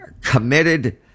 committed